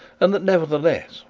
and that nevertheless,